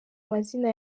mazina